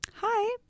Hi